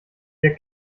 ihr